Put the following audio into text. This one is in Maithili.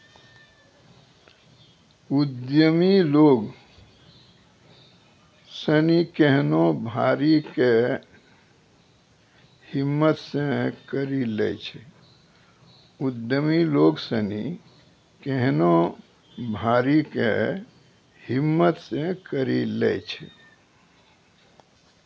उद्यमि लोग सनी केहनो भारी कै हिम्मत से करी लै छै